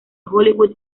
hollywood